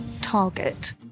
target